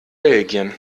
belgien